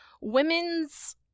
women's